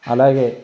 అలాగే